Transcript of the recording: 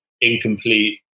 incomplete